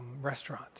Restaurant